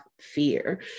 fear